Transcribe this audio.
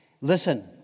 listen